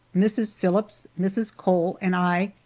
mrs. phillips, mrs. cole, and i,